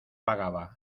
pagaba